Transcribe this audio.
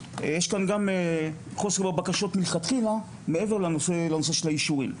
יש כאן בעצם חוסר בבקשות מלכתחילה מעבר לנושא של האישורים.